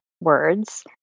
words